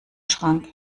schrank